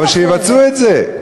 אבל שיבצעו את זה.